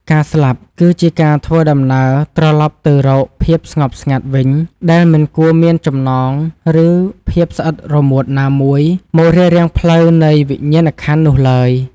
ការស្លាប់ គឺជាការធ្វើដំណើរត្រឡប់ទៅរកភាពស្ងប់ស្ងាត់វិញដែលមិនគួរមានចំណង ឬភាពស្អិតរមួតណាមួយមករារាំងផ្លូវនៃវិញ្ញាណក្ខន្ធនោះឡើយ។